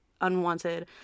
unwanted